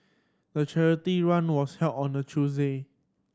the charity run was held on a Tuesday